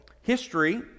history